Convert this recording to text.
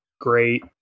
great